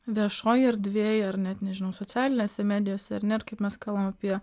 viešoj erdvėj ar net nežinau socialinėse medijose ar ne ir kaip mes kalbam apie